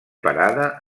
parada